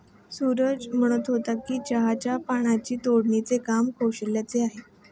सूरज म्हणत होता की चहाच्या पानांची तोडणीचे काम कौशल्याचे आहे